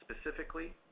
Specifically